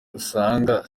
usanga